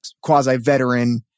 quasi-veteran